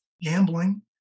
Gambling